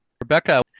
Rebecca